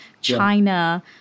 China